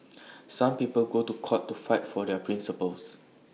some people go to court to fight for their principles